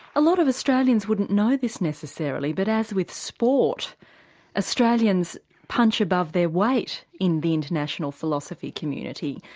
a lot of australians wouldn't know this necessarily but as with sport australians punch above their weight in the international philosophy community.